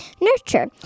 nurture